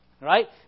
Right